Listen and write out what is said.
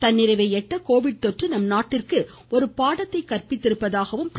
தன்னிறைவை எட்ட கோவிட் தொற்று நம் நாட்டிற்கு ஒரு பாடம் கற்பித்திருப்பதாக பிரதமர் கூறினார்